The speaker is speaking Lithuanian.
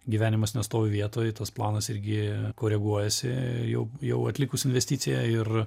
gyvenimas nestovi vietoj tas planas irgi koreguojasi jau jau atlikus investiciją ir